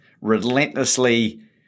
relentlessly